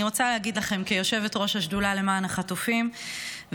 אני רוצה להגיד לכם כיושבת-ראש השדולה למען החטופים וגם